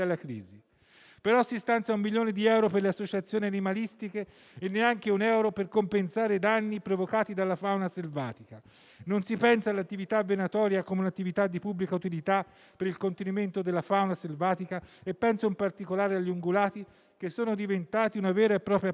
Eppure si stanzia un milione di euro per le associazioni animalistiche, ma neanche un euro per compensare i danni provocati dalla fauna selvatica; non si pensa all'attività venatoria come a un'attività di pubblica utilità per il contenimento della fauna selvatica: penso in particolare agli ungulati, che sono diventati una vera e propria piaga.